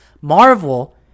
Marvel